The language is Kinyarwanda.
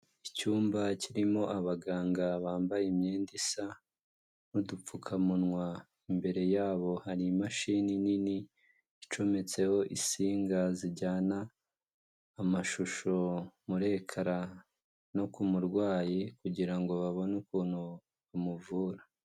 Icyumba kirimo abaganga bambaye imyenda isa n'udupfukamunwa, imbere yabo hari imashini nini icometseho insinga zijyana amashusho muri ekara no k’umurwayi kugira ngo babone ukuntu bamuvura.